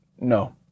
No